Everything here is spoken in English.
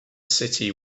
city